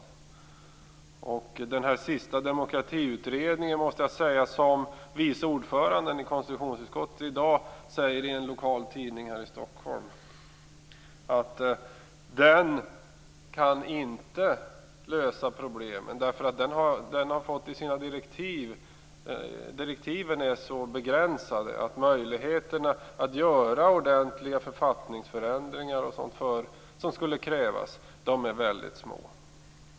I en kommentar till den senaste demokratiutredningen säger Konstitutionsutskottets vice ordförande i dag i en lokaltidning här i Stockholm att den inte kan lösa problemen därför att direktiven är så begränsade att möjligheterna att göra de ordentliga författningsförändringar som skulle krävas är väldigt små.